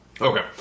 Okay